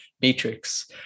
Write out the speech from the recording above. matrix